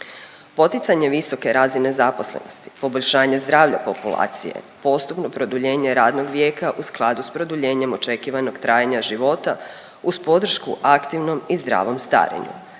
poticanje visoke razine zaposlenosti, poboljšanje zdravlja populacije, postupno produljenje radnog vijeka u skladu s produljenjem očekivanog trajanja života uz podršku aktivnom i zdravom starenju,